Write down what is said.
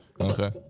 Okay